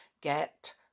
get